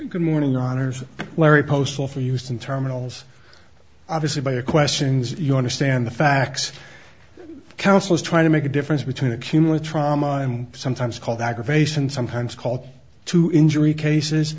good morning honors larry postal for used in terminals obviously by your questions you understand the facts counsel is trying to make a difference between accumulate trauma and sometimes called aggravation sometimes called two injury cases